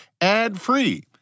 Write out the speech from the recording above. ad-free